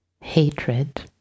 hatred